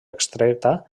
extreta